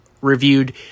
reviewed